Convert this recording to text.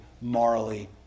morally